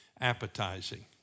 appetizing